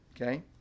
okay